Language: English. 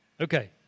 Okay